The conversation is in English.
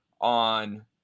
on